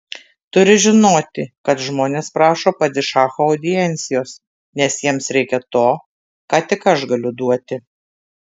turi žinoti kad žmonės prašo padišacho audiencijos nes jiems reikia to ką tik aš galiu duoti